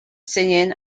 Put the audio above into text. singing